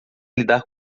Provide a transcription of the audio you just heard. lidar